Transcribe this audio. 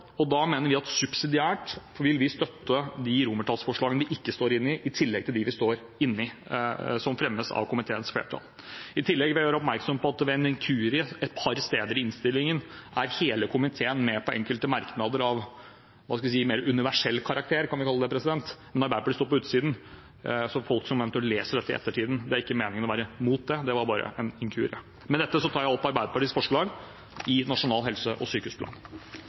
og da vil vi subsidiært støtte de romertallsforslagene vi ikke står inne i, i tillegg til dem vi står inne i som fremmes av komiteens flertall. I tillegg vil jeg gjøre oppmerksom på at ved en inkurie et par steder i innstillingen er Arbeiderpartiet blitt stående på utsiden der hele komiteen er med på enkelte merknader av mer universell karakter – kan man kalle det. Så for folk som eventuelt leser dette i ettertid: Det var ikke meningen å være mot det, det var bare en inkurie. Med dette tar jeg opp de forslag til Nasjonal helse- og sykehusplan